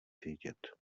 vědět